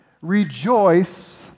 Rejoice